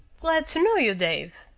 glad to know you, dave.